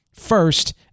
first